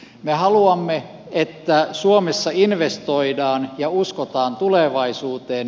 me haluamme että suomessa investoidaan ja uskotaan tulevaisuuteen